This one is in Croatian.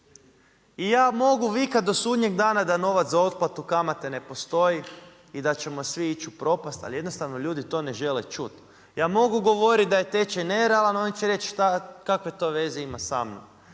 I ja mogu vikati do sudnjeg dana da novac za otplatu kamate ne postoji, i da ćemo svi ići u propast ali jednostavno ljudi to ne žele čut. Ja mogu govoriti da je tečaj nerealan, oni će reći kakve to veze ima sa mnom.